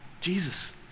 Jesus